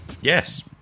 Yes